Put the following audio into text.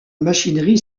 machinerie